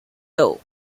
though